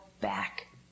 back